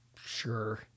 Sure